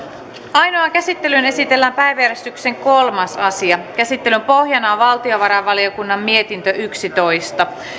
ainoaan käsittelyyn esitellään päiväjärjestyksen kolmas asia käsittelyn pohjana on valtiovarainvaliokunnan mietintö yksitoista